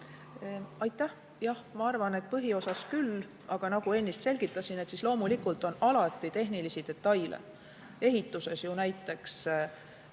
Aitäh! Jah, ma arvan, et põhiosas küll, aga nagu ennist selgitasin, loomulikult on alati tehnilisi detaile. Ehituses on näiteks